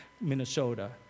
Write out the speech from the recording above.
Minnesota